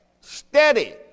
steady